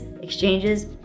exchanges